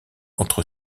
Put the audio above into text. entre